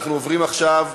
אני עובר להצבעה.